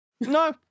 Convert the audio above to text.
No